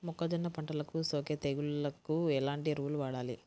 మొక్కజొన్న పంటలకు సోకే తెగుళ్లకు ఎలాంటి ఎరువులు వాడాలి?